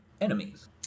enemies